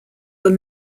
were